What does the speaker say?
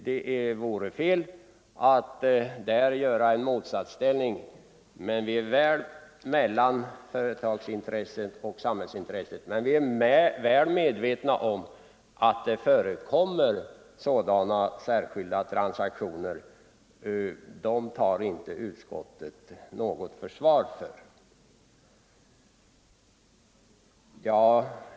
Det vore fel att där konstruera någon motsatsställning mellan företagsintresset och samhällsintresset, men vi är väl medvetna om att det förekommer ojusta transaktioner. Sådant tar utskottet givetvis inget ansvar för.